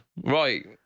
right